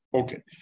okay